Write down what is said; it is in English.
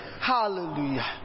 Hallelujah